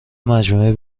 مجموعه